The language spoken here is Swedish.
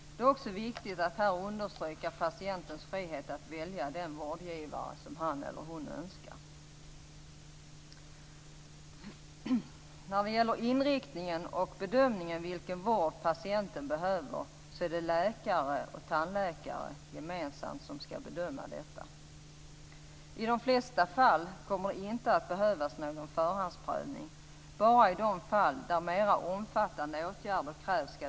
Det är också viktigt att här understryka patientens frihet att välja den vårdgivare som han eller hon önskar. Inriktningen på och bedömningen av vilken vård patienten behöver skall tandläkare och läkare gemensamt göra. I de flesta fall kommer det inte att behövas någon förhandsprövning. Det skall bara ske i de fall där mer omfattande åtgärder krävs.